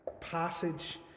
passage